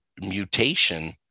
mutation